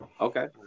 Okay